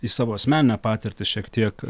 į savo asmeninę patirtį šiek tiek